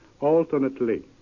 alternately